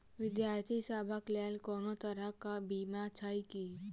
विद्यार्थी सभक लेल कोनो तरह कऽ बीमा छई की?